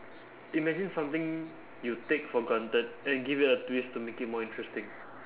imagine something you take for granted then you give it a twist to make it more interesting